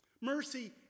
Mercy